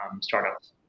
startups